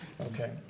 Okay